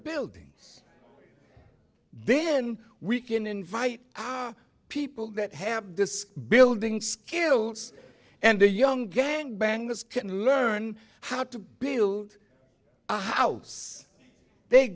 buildings then we can invite people that have this building skills and the young gangbangers can learn how to build a house they